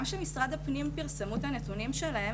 גם שמשרד הפנים פרסמו את הנתונים שלהם,